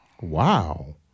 Wow